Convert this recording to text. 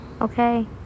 okay